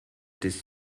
this